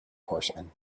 horsemen